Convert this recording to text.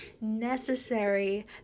necessary